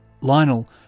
Lionel